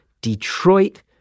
Detroit